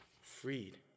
freed